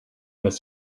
miss